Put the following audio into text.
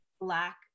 Black